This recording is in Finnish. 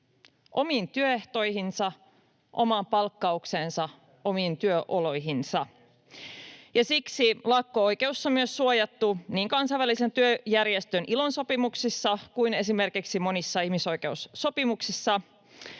omiin työehtoihinsa, omaan palkkauksensa, omiin työoloihinsa. Siksi lakko-oikeus on myös suojattu niin Kansainvälisen työjärjestön ILOn sopimuksissa kuin esimerkiksi monissa ihmisoikeussopimuksissa.